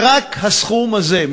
ורק הסכום הזה,